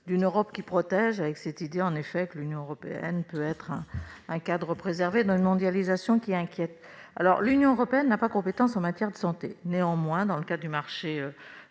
d'une Europe qui protège, avec cette idée que l'Union européenne serait un cadre préservé dans une mondialisation qui inquiète. L'Union européenne n'a pas compétence en matière de santé. Toutefois, dans le cadre du marché,